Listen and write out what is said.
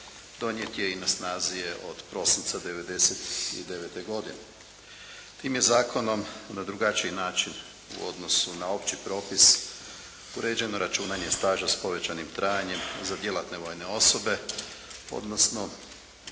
donijet je i na snazi je od prosinca 99. godine. Tim je zakonom na drugačiji način u odnosu na opći propis uređeno računanje staža s povećanim trajanjem za djelatne vojne osobe odnosno